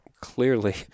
clearly